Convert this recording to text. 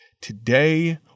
Today